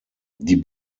die